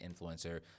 influencer